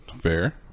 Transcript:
Fair